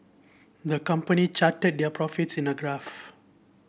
the company charted their profits in a graph